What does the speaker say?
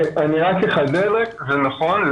זה נכון.